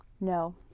No